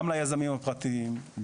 גם ליזמים הפרטיים,